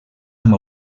amb